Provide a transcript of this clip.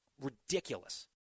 Ridiculous